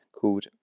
called